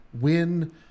win